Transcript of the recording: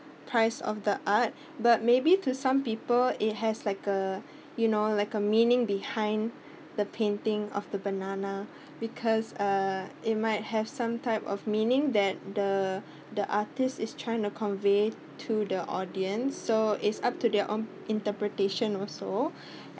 price of the art but maybe to some people it has like uh you know like uh meaning behind the painting of the banana because uh it might have some type of meaning that the the artist is trying to convey to the audience so it's up to their own interpretation also